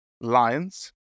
Lions